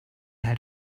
had